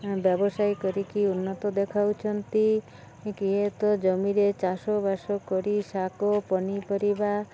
ବ୍ୟବସାୟ କରିକି ଉନ୍ନତ ଦେଖାଉଛନ୍ତି କିଏ ତ ଜମିରେ ଚାଷ ବାସ କରି ଶାଗ ପନିପରିବା